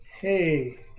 Hey